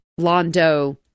Londo